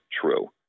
true